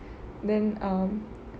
then um